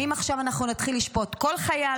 האם עכשיו אנחנו נתחיל לשפוט כל חייל,